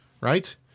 right